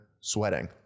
sweating